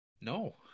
No